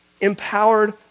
empowered